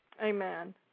Amen